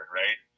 right